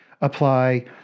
Apply